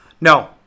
No